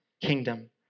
kingdom